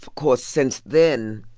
of course, since then,